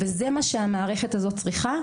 זה מה שהמערכת הזאת צריכה.